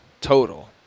total